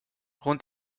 rund